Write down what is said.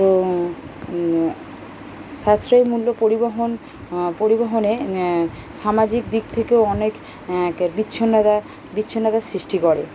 তো সাশ্রয়ী মূল্য পরিবহন পরিবহনে সামাজিক দিক থেকেও অনেক এঁকে বিচ্ছিন্নতা বিচ্ছিন্নতার সিষ্টি করে